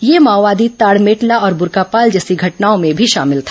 यह माओवादी ताड़मेटला और बुरकापाल जैसी घटनाओं में भी शामिल था